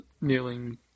Kneeling